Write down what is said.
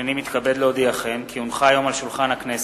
הנני מתכבד להודיעכם כי הונחו היום על שולחן הכנסת,